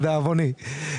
לדאבוני.